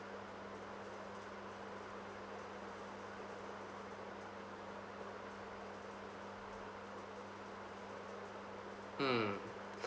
mm